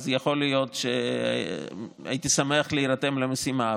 יכול להיות שהייתי שמח להירתם למשימה,